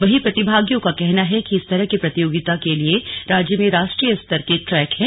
वहीं प्रतिभागियों का कहना है कि इस तरह की प्रतियोगिता के लिए राज्य में राष्ट्रीय स्तर के ट्रैक हैं